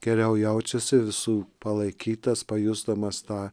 geriau jaučiasi visų palaikytas pajusdamas tą